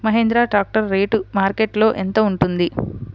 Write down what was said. Mahindra tractor rate మార్కెట్లో యెంత ఉంటుంది?